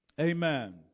Amen